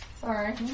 Sorry